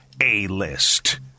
A-List